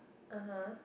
(uh huh)